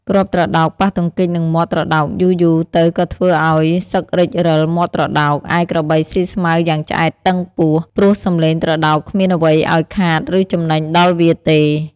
គ្រាប់ត្រដោកប៉ះទង្គិចនឹងមាត់ត្រដោកយូរៗទៅក៏ធ្វើឱ្យសឹករេចរឹលមាត់ត្រដោក ឯក្របីស៊ីស្មៅយ៉ាងឆ្អែតតឹងពោះ ព្រោះសម្លេងត្រដោកគ្មានអ្វីឱ្យខាត ឬចំណេញដល់វាទេ។